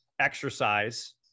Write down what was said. exercise